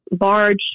large